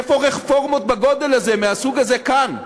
איפה יש רפורמות בגודל הזה, מהסוג הזה, כאן?